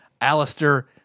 Alistair